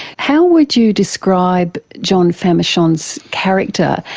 how would you describe john famechon's character,